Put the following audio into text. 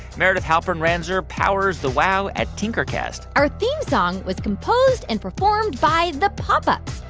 meredith halpern-ranzer powers the wow at tinkercast our theme song was composed and performed by the pop ups.